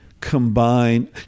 combine –